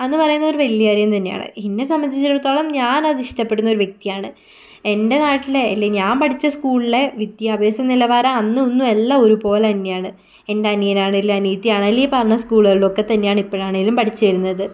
അത് എന്ന് പറയുന്നത് ഒരു വലിയ കാര്യം തന്നെയാണ് എന്നെ സംബന്ധിച്ചിടത്തോളം ഞാൻ അത് ഇഷ്ടപ്പെടുന്ന ഒരു വ്യക്തിയാണ് എൻ്റെ നാട്ടിൽ അല്ലെങ്കിൽ ഞാൻ പഠിച്ച സ്കൂളിലെ വിദ്യാഭ്യാസ നിലവാരം അന്നും ഇന്നും എല്ലാം ഒരുപോലെ തന്നെയാണ് എൻ്റെ അനിയൻ ആണെങ്കിലും അനിയത്തി ആണെങ്കിലും ഈ പറഞ്ഞ സ്കൂളുകളിൽ ഒക്കെ തന്നെയാണ് ഇപ്പോഴാണെങ്കിലും പഠിച്ച് വരുന്നത്